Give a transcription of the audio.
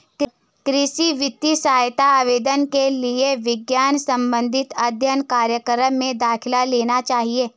कृषि वित्तीय सहायता आवेदन के लिए कृषि विज्ञान संबंधित अध्ययन कार्यक्रम में दाखिला लेना चाहिए